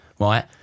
right